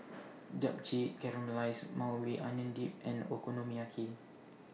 Japchae Caramelized Maui Onion Dip and Okonomiyaki